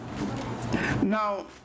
Now